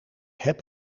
heb